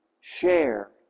share